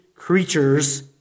Creatures